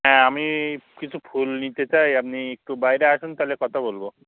হ্যাঁ আমি কিছু ফুল নিতে চাই আপনি একটু বাইরে আসুন তাহলে কথা বলব